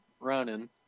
running